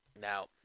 Now